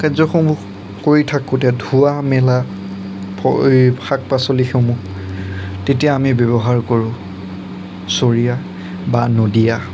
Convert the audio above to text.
কাৰ্যসমূহ কৰি থাকোঁতে ধোৱা মেলা শাক পাচলিসমূহ তেতিয়া আমি ব্যৱহাৰ কৰোঁ চৰিয়া বা নদীয়া